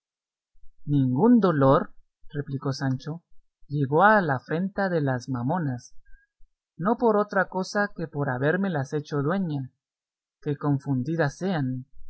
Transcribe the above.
ningún dolor replicó sancho llegó a la afrenta de las mamonas no por otra cosa que por habérmelas hecho dueña que confundidas sean